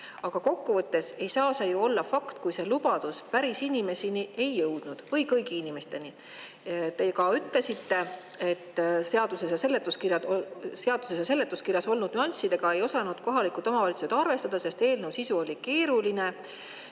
Aga kokkuvõttes ei saa see ju olla fakt, kui see lubadus päriselt inimesteni ei jõudnud, või kõigi inimesteni. Te ütlesite, et seaduses ja seletuskirjas olnud nüanssidega ei osanud kohalikud omavalitsused arvestada, sest eelnõu sisu oli keeruline.